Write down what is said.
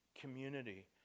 community